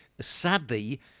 Sadly